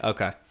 Okay